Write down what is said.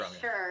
sure